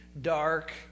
dark